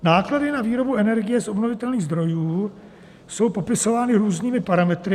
Náklady na výrobu energie z obnovitelných zdrojů jsou popisovány různými parametry.